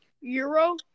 euro